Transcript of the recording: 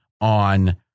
on